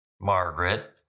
Margaret